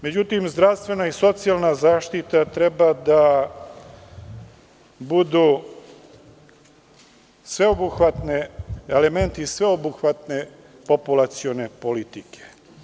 Međutim, zdravstvena i socijalna zaštita treba da budu elementi sveobuhvatne populacione politike.